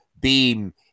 Beam